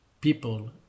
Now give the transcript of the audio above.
people